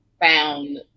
found